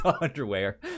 underwear